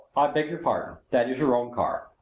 i beg your pardon that is your own car.